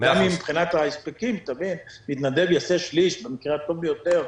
גם אם מבחינת ההספקים מתנדב יעשה שליש במקרה הטוב ביותר,